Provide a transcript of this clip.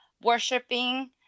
worshipping